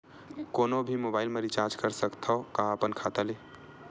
कोनो भी मोबाइल मा रिचार्ज कर सकथव का अपन खाता ले?